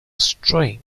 string